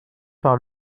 par